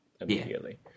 immediately